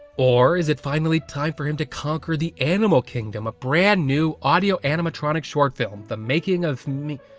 or is it finally time for him to conquer the animal kingdom, a brand new audio-animatronic short film! the making of me.